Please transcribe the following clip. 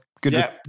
Good